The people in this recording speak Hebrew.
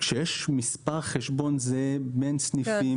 יש מספר חשבון זהה בין סניפים,